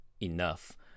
enough